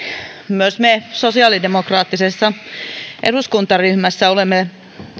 myös me sosiaalidemokraattisessa eduskuntaryhmässä olemme